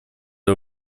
для